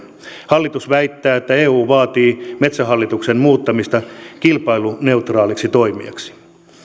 hallitus väittää että eu vaatii metsähallituksen muuttamista kilpailuneutraaliksi toimijaksi